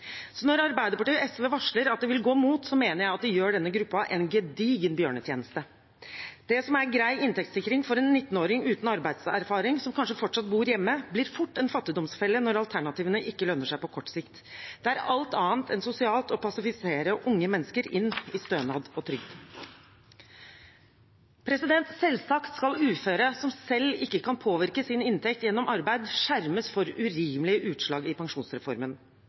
Når Arbeiderpartiet og SV varsler at de vil gå imot, mener jeg at de gjør denne gruppen en gedigen bjørnetjeneste. Det som er grei inntektssikring for en 19-åring uten arbeidserfaring, og som kanskje fortsatt bor hjemme, blir fort en fattigdomsfelle når alternativene ikke lønner seg på kort sikt, det er alt annet enn sosialt å passivisere unge mennesker inn i stønad og trygd. Selvsagt skal uføre som selv ikke kan påvirke sin inntekt gjennom arbeid, skjermes for urimelige utslag i pensjonsreformen.